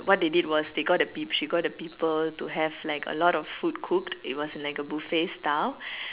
what they did was they got the B she got the people to have like a lot of food cooked it was like a buffet style